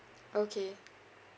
okay